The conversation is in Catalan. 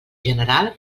general